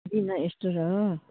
किन यस्तो र